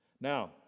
Now